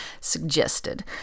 suggested